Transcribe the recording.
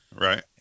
Right